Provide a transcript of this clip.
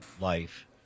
life